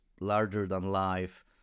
larger-than-life